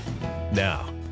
Now